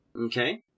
Okay